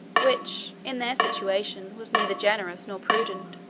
which, in their situation, was neither generous nor prudent.